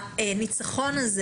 הניצחון הזה